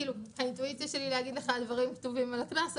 האינטואיציה שלי אומרת להגיד לך דברים --- על הקנס,